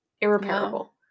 irreparable